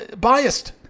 biased